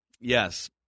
Yes